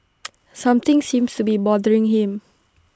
something seems to be bothering him